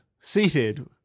seated